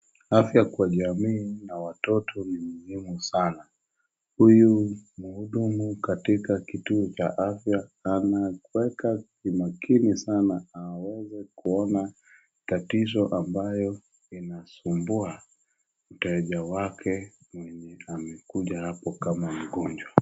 Afya kwa jamii na watoto ni muhimu sana. Huyu mhudumu katika kituo cha afya anaweka kimakini sana aweze kuona tatizo ambayo inasumbua mteja wake mwenye amekuja hapo kama mgonjwa.